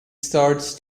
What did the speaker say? starts